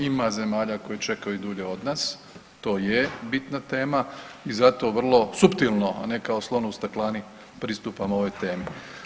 Ima zemalja koji čekaju i dulje od nas, to je bitna tema i zato vrlo suptilno, a ne kao slon u staklani pristupamo ovoj temi.